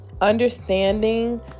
understanding